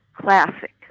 classic